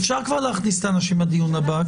(תיקון מס' 3),